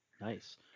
nice